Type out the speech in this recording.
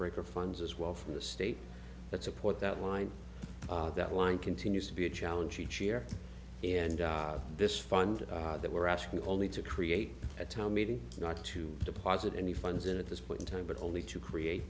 breaker funds as well from the state that support that line that line continues to be a challenge each year and this fund that we're asking only to create a town meeting not to deposit any funds at this point in time but only to create